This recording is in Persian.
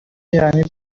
یعنی